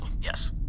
Yes